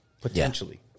potentially